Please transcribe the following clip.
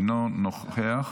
אינו נוכח,